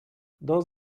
does